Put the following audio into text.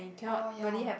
oh ya